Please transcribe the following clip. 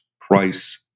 price